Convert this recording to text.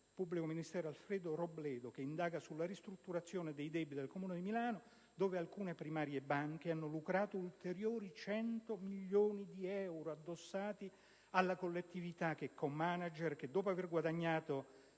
pubblico ministero Alfredo Robledo che indaga sulla ristrutturazione dei debiti del Comune di Milano, dove alcune primarie banche hanno lucrato ulteriori 100 milioni di euro addossati alla collettività con manager che, dopo aver guadagnato